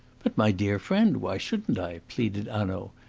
but, my dear friend, why shouldn't i? pleaded hanaud.